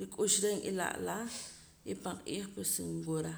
rik'ux reh n'ila'la y pan q'iij pues nwura